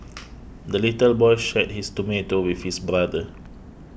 the little boy shared his tomato with his brother